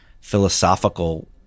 philosophical